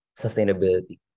sustainability